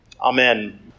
Amen